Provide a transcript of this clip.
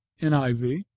NIV